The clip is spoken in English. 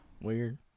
Weird